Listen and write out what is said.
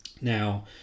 Now